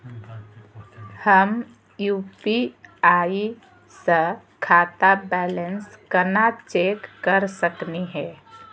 हम यू.पी.आई स खाता बैलेंस कना चेक कर सकनी हे?